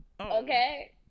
okay